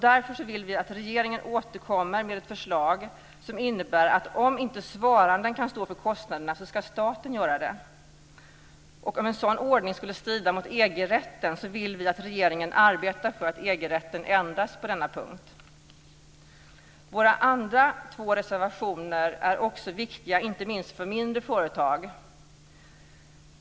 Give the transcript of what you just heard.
Därför vill vi att regeringen återkommer med ett förslag som innebär att staten ska stå för kostnaderna om inte svaranden kan göra det. Om en sådan ordning skulle strida mot EG-rätten vill vi att regeringen arbetar för att EG Våra andra två reservationer är också viktiga inte minst för mindre företag.